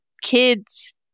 kids